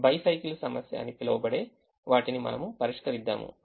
bicycle సమస్య అని పిలవబడే వాటిని మనము బహిష్కరిద్దాము